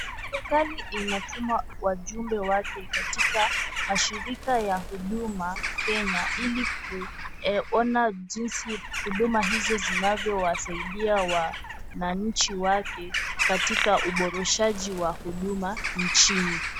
Serikali inatuma wajumbe wake katika mashirika ya huduma Kenya ili kuona jinsi huduma hizo zinavyowasaidia wananchi wake katika uboreshaji wa huduma nchini.